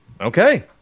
Okay